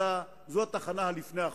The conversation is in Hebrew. זו התחנה לפני האחרונה.